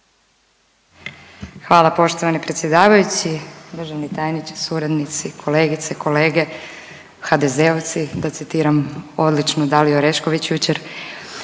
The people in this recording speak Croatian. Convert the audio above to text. Hvala poštovani predsjedavajući, državni tajniče, suradnici, kolegice, kolege, HDZ-ovci da citiram odličnu Daliju Orešković jučer.